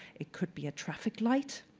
it could be a traffic light.